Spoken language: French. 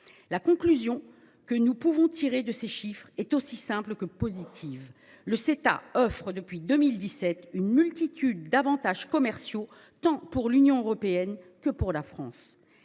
La conclusion que nous pouvons tirer de ces chiffres est aussi simple que positive : le Ceta offre, depuis 2017, une multitude d’avantages commerciaux tant pour l’Union européenne que pour la France.